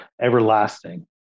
everlasting